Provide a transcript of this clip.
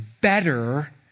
better